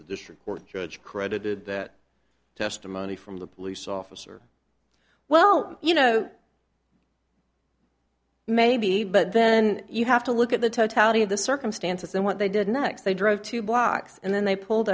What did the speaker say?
e district court judge credited that testimony from the police officer well you know maybe but then you have to look at the totality of the circumstances and what they did next they drove two blocks and then they pulled